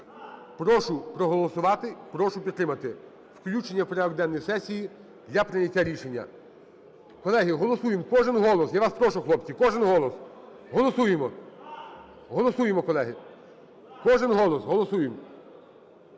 Прошу проголосувати. Прошу підтримати включення в порядок денний сесії для прийняття рішення. Колеги, голосуємо. Кожен голос! Я прошу, хлопці. Кожен голос. Голосуємо. Голосуємо, колеги. Кожен голос! Голосуємо.